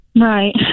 Right